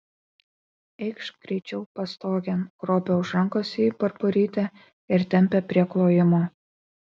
eikš greičiau pastogėn grobia už rankos jį barborytė ir tempia prie klojimo